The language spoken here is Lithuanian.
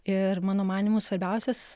ir mano manymu svarbiausias